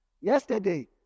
Yesterday